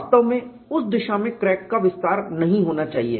वास्तव में उस दिशा में क्रैक का विस्तार नहीं होना चाहिए